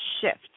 shift